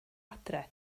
adre